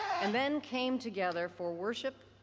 and then came together for worship,